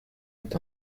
est